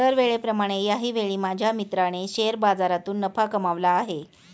दरवेळेप्रमाणे याही वेळी माझ्या मित्राने शेअर बाजारातून नफा कमावला आहे